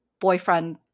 boyfriend